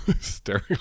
staring